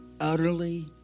utterly